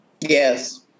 yes